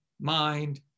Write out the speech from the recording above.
mind